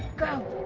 go,